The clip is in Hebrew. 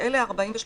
אלה 43%,